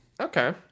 Okay